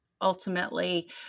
ultimately